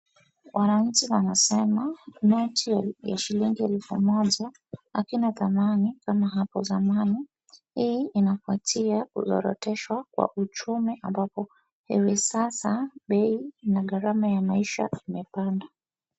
Wananchi wanasema noti ya shilingi elfu moja hakina dhamani kama hapo zamani. Hii inafuatiwa kuzoroteshwa kwa uchumi amabpo hivi sasa bei na gharama ya maisha imepanda.